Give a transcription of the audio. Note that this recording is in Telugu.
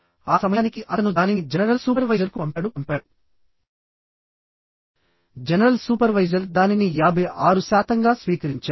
ఆ సమయానికి అతను దానిని జనరల్ సూపర్వైజర్కు పంపాడు పంపాడు జనరల్ సూపర్వైజర్ దానిని 56 శాతంగా స్వీకరించారు